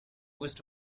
west